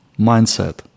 mindset